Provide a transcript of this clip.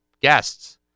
guests